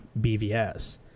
bvs